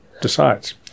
decides